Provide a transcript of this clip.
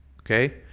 Okay